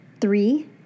Three